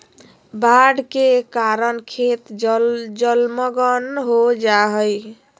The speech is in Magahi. बाढ़ के कारण खेत जलमग्न हो जा हइ